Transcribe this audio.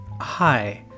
Hi